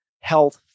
health